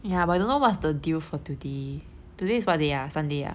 ya but I don't know what's the deal for today today is what day ah sunday ah